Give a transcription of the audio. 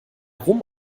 rum